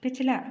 पिछला